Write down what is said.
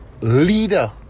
leader